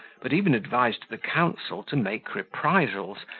but even advised the council to make reprisals,